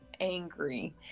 angry